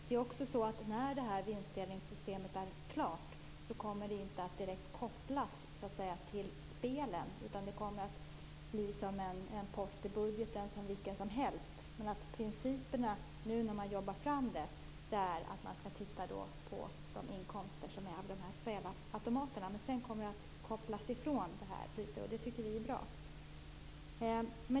Det är också så att när det här vinstdelningssystemet är klart kommer det inte att direkt kopplas till spelen. Det kommer att bli som en post i budgeten vilken som helst. Men principen nu när man jobbar fram det är att man skall titta på de inkomster som blir av spelautomaterna. Sedan kommer det att kopplas bort från det här, och det tycker vi är bra.